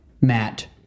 Matt